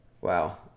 Wow